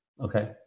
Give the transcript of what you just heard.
Okay